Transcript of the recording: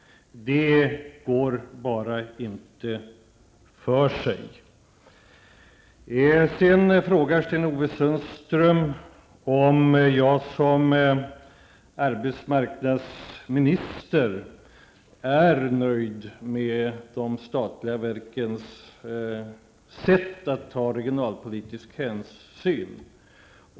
Det går bara inte. Vidare frågar Sten-Ove Sundström om jag som arbetsmarknadsminister är nöjd med de statliga verkens sätt att ta regionalpolitisk hänsyn.